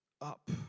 up